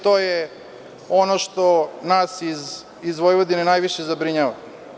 To je ono što nas iz Vojvodine najviše zabrinjava.